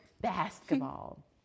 basketball